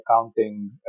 accounting